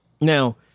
Now